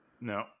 No